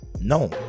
No